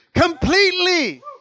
Completely